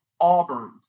Auburn